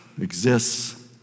exists